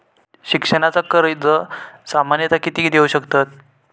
शिक्षणाचा कर्ज सामन्यता किती देऊ शकतत?